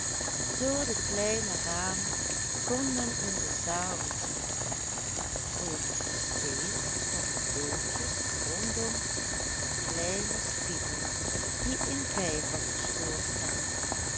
door de kleine ramen kon men in de zalen zien voor het kasteel stonden boompjes rondom een kleinen spiegel die een vijver moest voorstellen